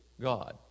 God